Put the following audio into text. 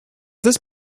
this